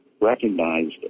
recognized